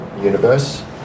universe